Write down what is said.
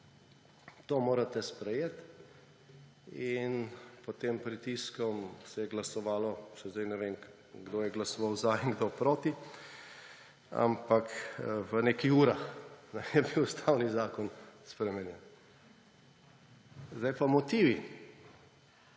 to morate sprejeti in pod tem pritiskom se je glasovalo, še sedaj ne vem, kdo je glasoval za in kdo proti, ampak v nekaj urah je bil ustavni zakon spremenjen. Zdaj pa motivi.